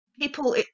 people